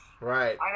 Right